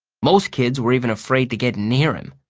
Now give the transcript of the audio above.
most kids were even afraid to get near him.